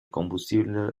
combustible